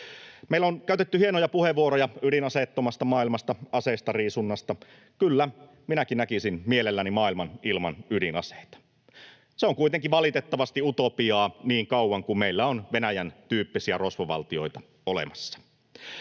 Meillä on käytetty hienoja puheenvuoroja ydinaseettomasta maailmasta ja aseistariisunnasta. Kyllä minäkin näkisin mielelläni maailman ilman ydinaseita. Se on kuitenkin valitettavasti utopiaa niin kauan kuin meillä on Venäjän tyyppisiä rosvovaltioita olemassa.